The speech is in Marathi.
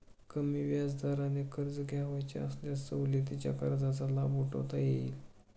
कमी व्याजदराने कर्ज घ्यावयाचे असल्यास सवलतीच्या कर्जाचा लाभ उठवता येईल